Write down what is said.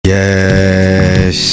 yes